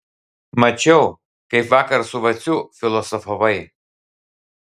mačiau kaip vakar su vaciu filosofavai